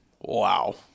Wow